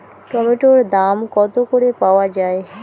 টমেটোর দাম কত করে পাওয়া যায়?